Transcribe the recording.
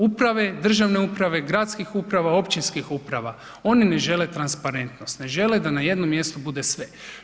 Od uprave, državne uprave, gradskih uprava, općinskih uprava, one ne žele transparentnost, ne žele da na jednom mjestu bude sve.